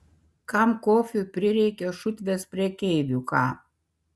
kam kofiui prireikė šutvės prekeivių ką